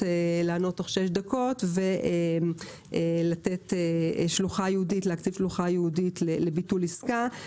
לענות תוך 6 דקות ולהקציב שלוחה ייעודית לביטול עסקה.